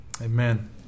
Amen